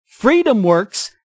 freedomworks